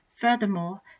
Furthermore